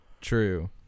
True